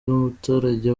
n’umuturage